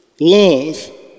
Love